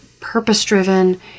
purpose-driven